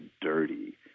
dirty